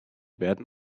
werden